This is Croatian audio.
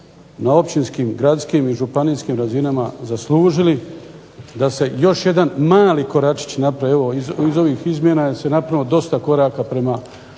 na općinskim, gradskim i županijskim razinama zaslužili da se još jedan mali koračić napravi. Evo iz ovih izmjena se napravilo dosta koraka prema